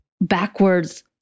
backwards